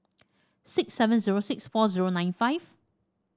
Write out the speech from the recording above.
six seven zero six four zero nine five